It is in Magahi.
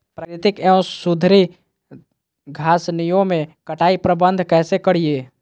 प्राकृतिक एवं सुधरी घासनियों में कटाई प्रबन्ध कैसे करीये?